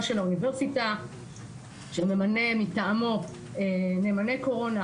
של האוניברסיטה שממנה מטעמו נאמני קורונה,